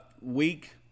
week